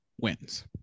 wins